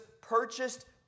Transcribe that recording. purchased